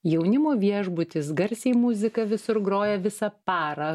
jaunimo viešbutis garsiai muzika visur groja visą parą